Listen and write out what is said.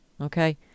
Okay